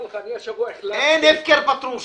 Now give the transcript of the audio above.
אין הפקר פטרושקה.